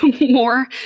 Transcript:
more